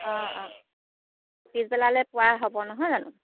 অঁ অঁ পিছবেলালৈ পোৱা হ'ব নহয় জানো